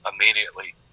immediately